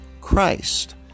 Christ